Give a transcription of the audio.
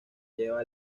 lleva